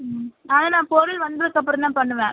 ம் ஆனால் நான் பொருள் வந்ததுக்கப்புறம் தான் பண்ணுவேன்